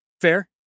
Fair